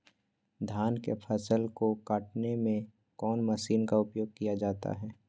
धान के फसल को कटने में कौन माशिन का उपयोग किया जाता है?